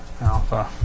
Alpha